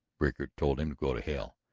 rickard told him to go to hell.